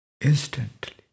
instantly